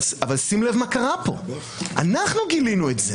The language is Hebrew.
אבל שים לב מה קרה פה, אנחנו גילינו את זה.